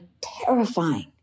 terrifying